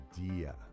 idea